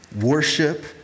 worship